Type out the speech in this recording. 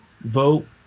vote